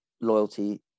loyalty